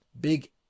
big